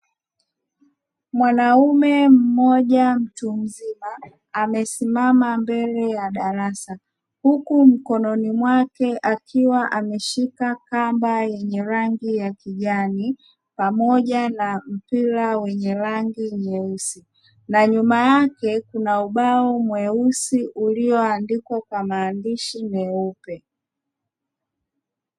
Mwanaume mmoja mtu mzima amesimama mbele ya darasa, huku mkononi mwake akiwa ameshika kamba yenye rangi ya kijani pamoja na mpira wenye rangi nyeusi, na nyuma yake kuna ubao mweusi ulioandikwa kwa maandishi meupe.